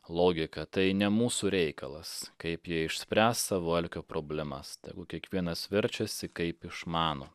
logika tai ne mūsų reikalas kaip jie išspręs savo alkio problemas kiekvienas verčiasi kaip išmano